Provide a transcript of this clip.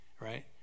right